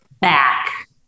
back